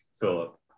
Philip